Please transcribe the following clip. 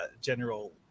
general